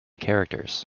characters